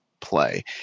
play